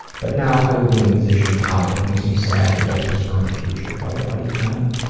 but now, i would be in the position of power. it makes me sad and hopeless for my future. oh, buddy, don't.